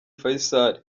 faisal